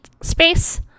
space